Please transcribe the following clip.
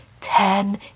ten